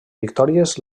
victòries